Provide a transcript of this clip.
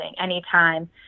Anytime